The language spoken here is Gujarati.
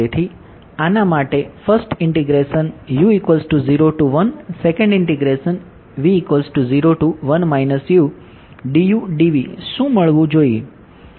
તેથી આના માટે શું મળવું જોઈએ